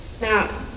Now